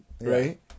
right